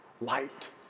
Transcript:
Light